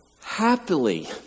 happily